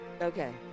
Okay